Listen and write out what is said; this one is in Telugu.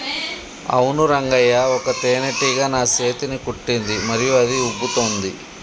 అవును రంగయ్య ఒక తేనేటీగ నా సేతిని కుట్టింది మరియు అది ఉబ్బుతోంది